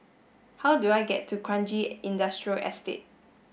how do I get to Kranji Industrial Estate